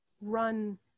run